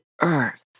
earth